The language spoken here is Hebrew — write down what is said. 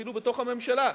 אפילו בתוך הממשלה,